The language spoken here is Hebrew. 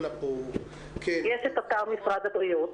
יש את אתר משרד הבריאות